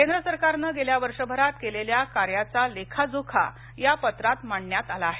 केंद्र सरकारनं गेल्या वर्षभरात केलेल्या कार्याचा लेखाजोखा या पत्रात मांडण्यात आला आहे